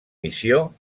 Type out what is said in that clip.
missió